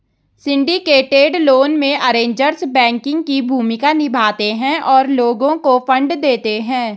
syndicated loan में, arrangers banking की भूमिका निभाते हैं और लोगों को फंड देते हैं